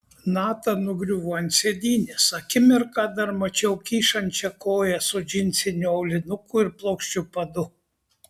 nata nugriuvo ant sėdynės akimirką dar mačiau kyšančią koją su džinsiniu aulinuku ir plokščiu padu